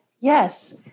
yes